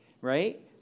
Right